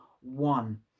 one